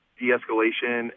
de-escalation